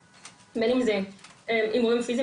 בין אם זה הימורים פיזיים,